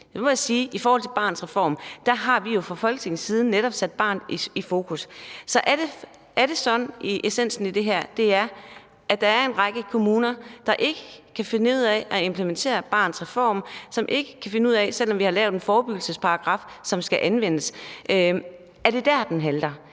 I forhold til Barnets Reform har vi jo fra Folketingets side netop sat barnet i fokus. Så er det sådan, at essensen i det her er, at der er en række kommuner, der ikke kan finde ud af at implementere Barnets Reform, altså som ikke, selv om vi har lavet en forebyggelsesparagraf, som skal anvendes, kan finde ud af det?